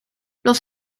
los